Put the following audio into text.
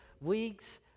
weeks